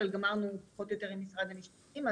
אבל גמרנו פחות או יותר עם משרד המשפטים.